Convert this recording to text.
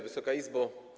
Wysoka Izbo!